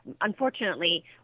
Unfortunately